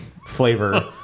Flavor